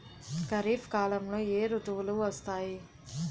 ఖరిఫ్ కాలంలో ఏ ఋతువులు వస్తాయి?